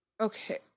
Okay